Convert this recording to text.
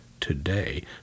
today